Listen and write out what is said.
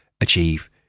achieve